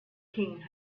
king